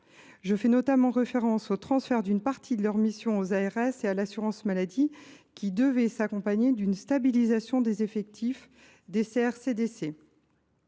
Je fais notamment référence au transfert d’une partie de leurs missions aux ARS et à l’assurance maladie, qui devait s’accompagner d’une stabilisation des effectifs des CRCDC.